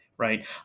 Right